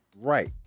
right